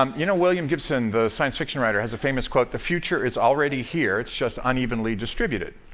um you know, william gibson, the science-fiction writer has a famous quote the future is already here. it's just unevenly distributed.